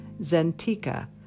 Zentika